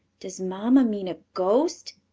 does mamma mean a ghost?